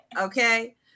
okay